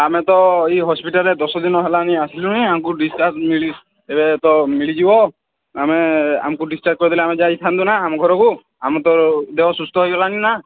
ଆମେ ତ ଏଇ ହସ୍ପିଟାଲରେ ଦଶଦିନ ହେଲଣିି ଆସିଲୁଣିି ଆମକୁ ଡିସଚାର୍ଜ ମିଳି ଏବେ ତ ମିଳିଯିବ ଆମେ ଆମକୁ ଡିସଚାର୍ଜ କରିଦେଲେ ଆମେ ଯାଇଥାନ୍ତୁ ନା ଆମ ଘରକୁ ଆମ ତ ଦେହ ସୁସ୍ଥ ହୋଇଗଲଣିି ନା